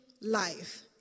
Life